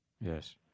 Yes